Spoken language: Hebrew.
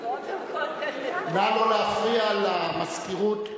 לא להפריע למזכירות,